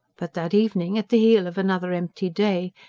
but that evening, at the heel of another empty day,